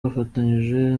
bafatanyije